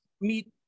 meet